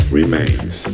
remains